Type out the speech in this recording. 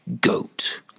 goat